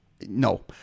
No